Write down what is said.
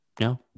No